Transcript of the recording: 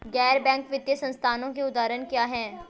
गैर बैंक वित्तीय संस्थानों के उदाहरण क्या हैं?